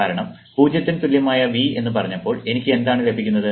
കാരണം 0 ന് തുല്യമായ V എന്ന് പറഞ്ഞപ്പോൾ എനിക്ക് എന്താണ് ലഭിക്കുന്നത്